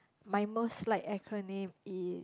my most liked acronym is